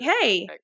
hey